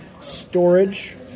storage